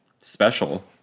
special